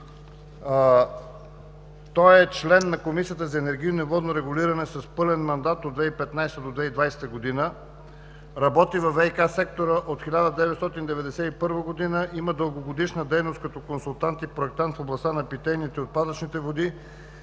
Той е член на Комисията за енергийно и водно регулиране с пълен мандат от 2015 г. до 2020 г. Работи във ВиК сектора от 1991 г. Има дългогодишна дейност като консултант и проектант в областта на питейните и отпадъчните води,